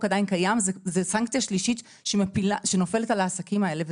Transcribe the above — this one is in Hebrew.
עדיין קיים זו סנקציה שלישית שנופלת על העסקים האלה.